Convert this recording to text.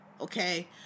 okay